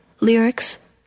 lyrics